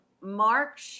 Mark